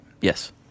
Yes